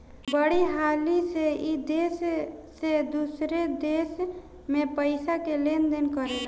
बड़ी हाली से ई देश से दोसरा देश मे पइसा के लेन देन करेला